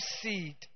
seed